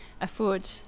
afford